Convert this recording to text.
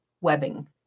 webbing